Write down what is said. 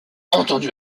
entendu